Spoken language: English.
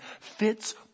fits